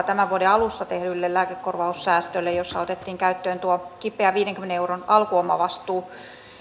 tämän vuoden alussa tehdylle lääkekorvaussäästölle jossa otettiin käyttöön tuo kipeä viidenkymmenen euron alkuomavastuu